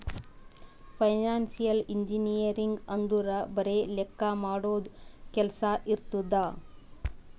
financial engineering ಅಂದುರ್ ಬರೆ ಲೆಕ್ಕಾ ಮಾಡದು ಕೆಲ್ಸಾ ಇರ್ತುದ್